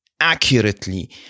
accurately